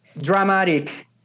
dramatic